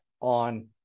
on